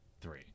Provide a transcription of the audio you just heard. three